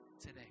today